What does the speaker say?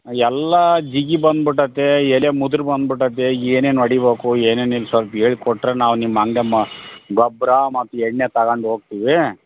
ಎಲ್ಲಾ ಜಿಗಿ ಬಂದು ಬಿಟ್ಟದೆ ಎಲೆ ಮುದ್ರಿ ಬಂದು ಬಿಟ್ಟತೆ ಏನೇನು ಹೊಡಿಬಕು ಏನೇನಿಲ್ಲ ಸ್ವಲ್ಪ್ ಹೇಳ್ ಕೊಟ್ಟರೆ ನಾವು ನಿಮ್ಮ ಹಂಗೆ ಮ ಗೊಬ್ಬರ ಮತ್ತು ಎಣ್ಣೆ ತಗಂಡು ಹೋಗ್ತೀವಿ